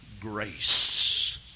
grace